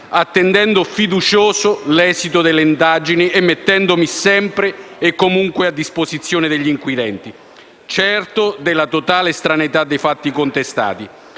attendendo fiducioso l'esito delle indagini, mettendomi sempre e comunque a disposizione degli inquirenti, certo della totale estraneità dai fatti contestati.